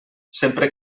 sempre